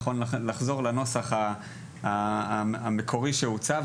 נכון יהיה לחזור לנוסח המקורי שהוצע,